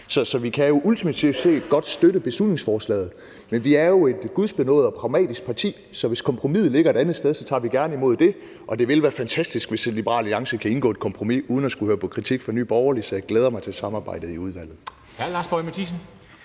Så vi kan ultimativt set godt støtte beslutningsforslaget, men vi er jo et gudsbenådet pragmatisk parti, så hvis kompromiset ligger et andet sted, tager vi gerne imod det, og det ville være fantastisk, hvis Liberal Alliance kunne indgå et kompromis uden at skulle høre på kritik fra Nye Borgerlige, så jeg glæder mig til samarbejdet i udvalget.